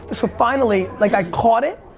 so finally, like i caught it.